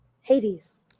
Hades